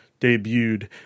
debuted